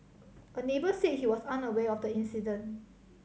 a neighbour said he was unaware of the incident